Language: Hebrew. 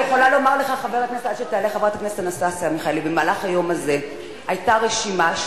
חברת הכנסת אנסטסיה מיכאלי, בבקשה.